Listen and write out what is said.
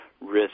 risk